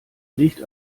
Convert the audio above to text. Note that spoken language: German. nicht